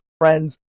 Friends